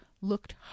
looked